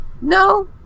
No